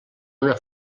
una